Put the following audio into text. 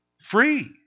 free